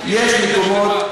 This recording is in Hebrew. יש מקומות,